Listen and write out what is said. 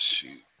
shoot